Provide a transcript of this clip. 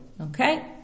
Okay